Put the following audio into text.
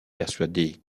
persuadé